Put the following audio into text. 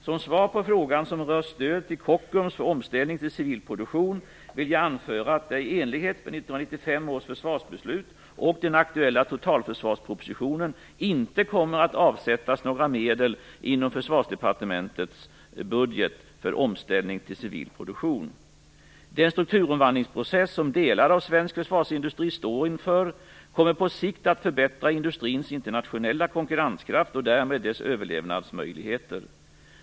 Som svar på frågan som rör stöd till Kockums för omställning till civil produktion vill jag anföra att det i enlighet med 1995 års försvarsbeslut och den aktuella totalförsvarspropositonen inte kommer att avsättas några medel inom Försvarsdepartementets budget Den strukturomvandlingsprocess som delar av svensk försvarsindustri står inför kommer på sikt att förbättra industrins internationella konkurrenskraft och därmed dess överlevnadsmöjligheter.